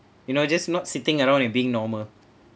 you know just not sitting around and being normal